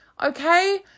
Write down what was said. okay